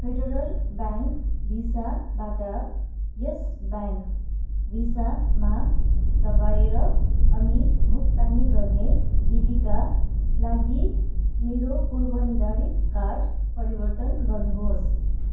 federal Bank भिसाबाट Yes Bank भिसामा दबाएर अनि भुक्तानी गर्ने विधिका लागि मेरो पूर्वनिर्धारित कार्ड परिवर्तन गर्नुहोस्